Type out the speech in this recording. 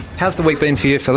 how's the week been for you, so